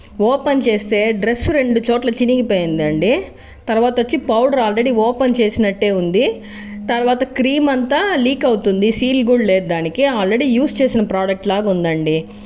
open చేస్తే dress రెండు చోట్ల చినిగిపోయిందండి తర్వాత వచ్చి పౌడర్ ఆల్రెడీ ఓపెన్ చేసినట్టే ఉంది తర్వాత క్రీమ్ అంతా లీక్ అవుతుంది సీల్ కూడా లేదు దానికి ఆల్రెడీ యూస్ చేసిన ప్రోడక్ట్లాగా ఉందండి